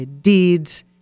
deeds